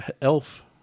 elf